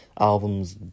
albums